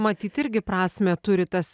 matyt irgi prasmę turi tas